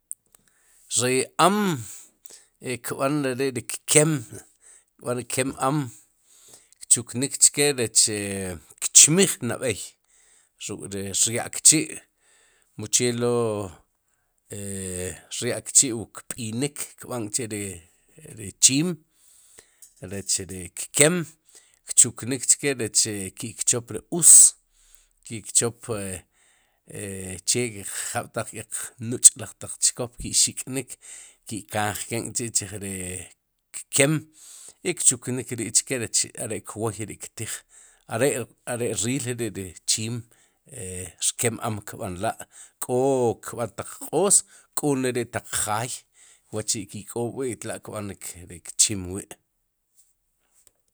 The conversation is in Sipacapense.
ri am kb'an re ri kkem ri kkem am kchuknik chke rec kchmij nab'ey ruk'rya'l kchi' uhe lo ruk'rya'l kchi' kb'inik kbám k'chi'ri chiim rech ri kkem kchuknik chke rech ri ke kchop ri us ki kchop ri che jab'taq laj nuch' laj chkop ki' xik'nik, ki'kanjken k'chi'chij ri kkem i kchuknik k'ri chi'chke rech are'kwoy ri ktij are ril ri'ri chiim rkem am kb'anla' k'o kb'an ptaq q'oos kóneri taq jaay wa'chi'ki'k'oob'wi' tla'kb'an ri kchim wi.